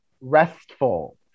restful